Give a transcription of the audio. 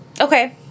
Okay